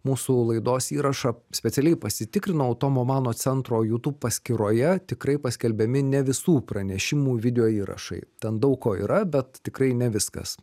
mūsų laidos įrašą specialiai pasitikrinau tomo mano centro youtube paskyroje tikrai paskelbiami ne visų pranešimų video įrašai ten daug ko yra bet tikrai ne viskas